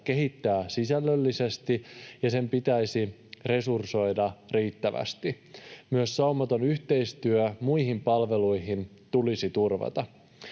kehittää sisällöllisesti ja sitä pitäisi resursoida riittävästi. Myös saumaton yhteistyö muihin palveluihin tulisi turvata.